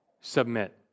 submit